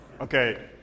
Okay